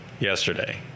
yesterday